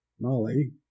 Molly